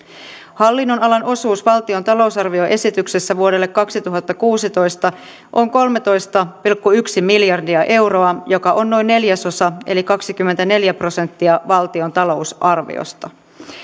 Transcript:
hallinnonalan osuus valtion talousarvioesityksessä vuodelle kaksituhattakuusitoista on kolmetoista pilkku yksi miljardia euroa mikä on noin neljäsosa eli kaksikymmentäneljä prosenttia valtion talousarviosta